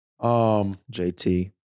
JT